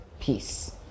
peace